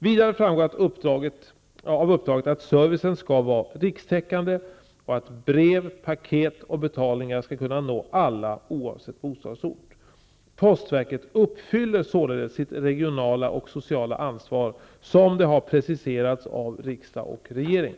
Vidare framgår av uppdraget att servicen skall vara rikstäckande och att brev, paket och betalningar skall kunna nå alla, oavsett bostadsort. Postverket uppfyller således sitt regionala och sociala ansvar, som det har preciserats av riksdg och regering.